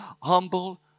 humble